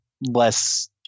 less